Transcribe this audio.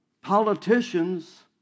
politicians